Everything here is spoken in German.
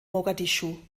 mogadischu